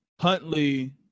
Huntley